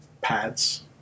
pads